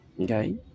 Okay